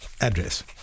address